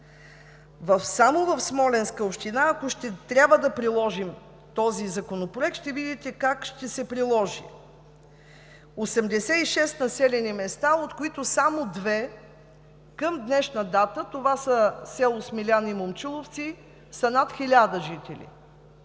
Само в Смолянска община, ако ще трябва да приложим този законопроект, ще видите как ще се приложи – 86 населени места, от които само две към днешна дата – това са селата Смилян и Момчиловци, са над хиляда жители.